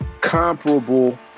comparable